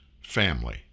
family